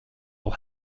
will